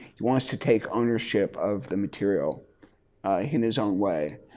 he wants to take ownership of the material in his own way.